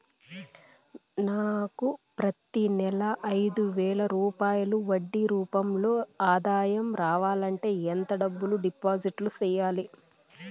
నాకు ప్రతి నెల ఐదు వేల రూపాయలు వడ్డీ రూపం లో ఆదాయం రావాలంటే ఎంత డబ్బులు డిపాజిట్లు సెయ్యాలి?